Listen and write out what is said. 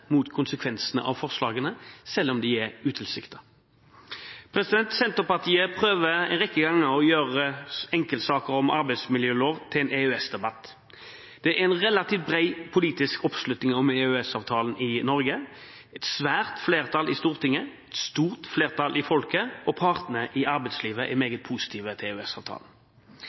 mot konsekvensene av forslaget, selv om de er utilsiktet. Senterpartiet prøver en rekke ganger å gjøre enkeltsaker om arbeidsmiljøloven til en EØS-debatt. Det er relativt bred politisk oppslutning om EØS-avtalen i Norge – et svært flertall i Stortinget, et stort flertall i folket, og partene i arbeidslivet er meget positive til